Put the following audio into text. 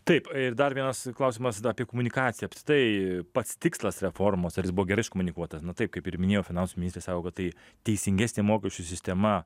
taip ir dar vienas klausimas da apie komunikaciją tai pats tikslas reformos ar jis buvo gerai iškomunikuotas na taip kaip ir minėjau finansų ministrė sako kad tai teisingesnė mokesčių sistema